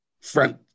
front